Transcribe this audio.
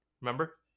Remember